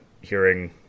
hearing